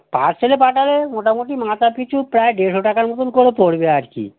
পার্সেলে পাঠালেও মোটামুটি মাথা পিছু প্রায় দেড়শো টাকার মতোন করে পড়বে আর কি